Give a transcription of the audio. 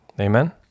amen